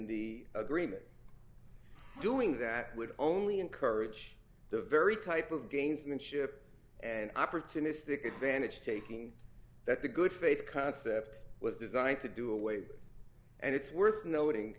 the agreement doing that would only encourage the very type of gamesmanship and opportunistic advantage taking that the good faith concept was designed to do away and it's worth noting